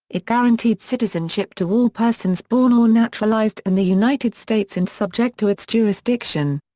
it guaranteed citizenship to all persons born or naturalized in the united states and subject to its jurisdiction.